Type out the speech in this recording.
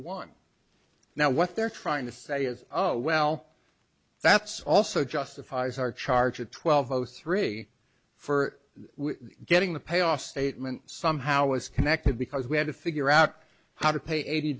one now what they're trying to say is oh well that's also justifies our charge at twelve o three for getting the pay off statement somehow is connected because we had to figure out how to pay eighty